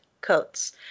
coats